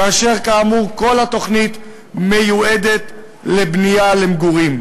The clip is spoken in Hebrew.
וכאמור כל התוכנית מיועדת לבנייה למגורים,